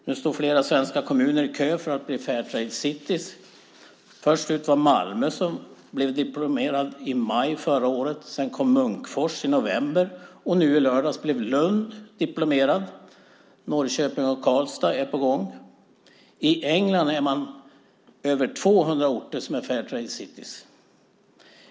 Nu står flera svenska kommuner i kö för att bli Fairtrade cities. Först ut var Malmö, som blev diplomerad i maj förra året. Sedan kom Munkfors i november, och nu i lördags blev Lund diplomerad. Norrköping och Karlstad är på gång. I England är över 200 orter Fairtrade cities.